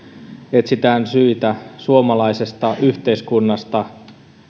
etsitään syitä suomalaisesta yhteiskunnasta